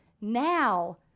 now